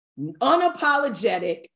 unapologetic